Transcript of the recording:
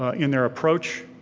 ah in their approach.